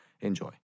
Enjoy